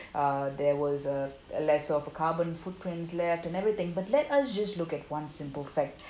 uh there was uh uh less of a carbon footprints left and everything but let us just look at one simple fact